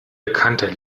bekannter